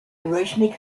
originally